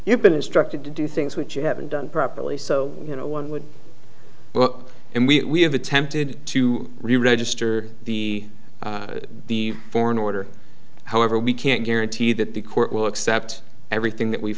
you've been instructed to do things which you haven't done properly so you know one would look and we have attempted to reregister the the foreign order however we can't guarantee that the court will accept everything that we